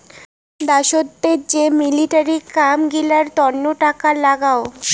দ্যাশোতের যে মিলিটারির কাম গিলার তন্ন টাকা লাগাং